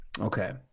okay